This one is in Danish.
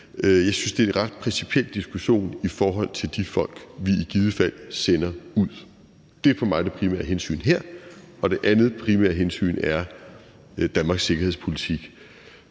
Jeg synes, det er en ret principiel diskussion i forhold til de folk, vi i givet fald sender ud. Det er for mig det primære hensyn her. Og det andet primære hensyn er Danmarks sikkerhedspolitik.